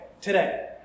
today